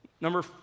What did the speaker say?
Number